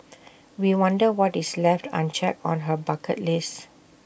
we wonder what is left unchecked on her bucket list